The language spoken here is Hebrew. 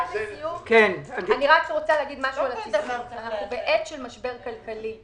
לסיכום, אנחנו בעת משבר כלכלי.